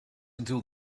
until